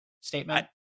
statement